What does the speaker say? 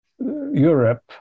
Europe